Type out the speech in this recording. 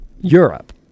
Europe